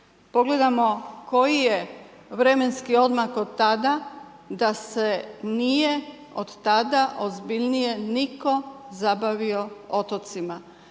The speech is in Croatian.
pogledamo koji je vremenski odmak od tada da se nije od tada ozbiljnije nitko zabavio otocima.